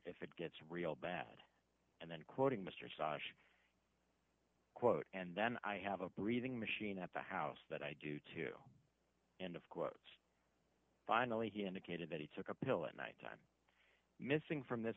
if it gets real bad and then quoting mr stosh quote and then i have a breathing machine at the house that i do to end of quote finally he indicated that he took a pill at night time missing from this